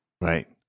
Right